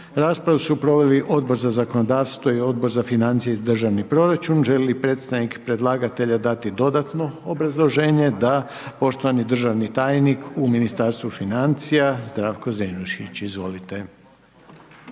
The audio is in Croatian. Raspravu su proveli Odbor za zakonodavstvo te Odbor za zdravstvo i socijalnu politiku. Želi li predsjednik predlagatelja dati dodatno obrazloženje? Da, poštovani državni tajnik u Ministarstvu zdravstva Željko Plazonić. Izvolite.